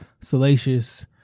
salacious